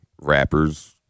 rappers